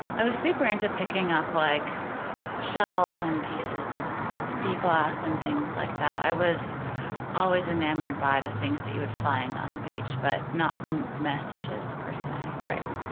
i was super into picking up like shells and pieces of sea glass and things like that. i was always enamored by the things you would find on the beach, but not messages per se. right.